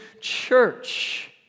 church